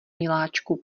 miláčku